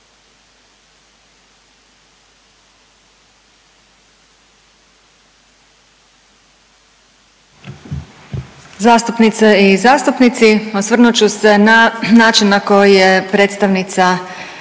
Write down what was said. Zastupnice i zastupnici, osvrnut ću se na način na koji je predstavnica